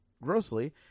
grossly